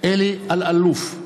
אלי אלאלוף,